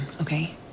okay